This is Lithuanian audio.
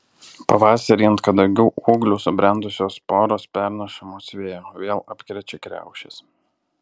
pavasarį ant kadagių ūglių subrendusios sporos pernešamos vėjo vėl apkrečia kriaušes